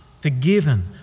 Forgiven